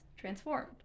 transformed